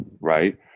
right